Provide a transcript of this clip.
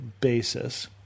basis